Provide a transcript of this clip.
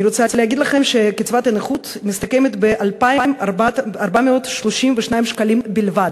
אני רוצה להגיד לכם שקצבת הנכות מסתכמת ב-2,432 שקלים בלבד.